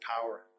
power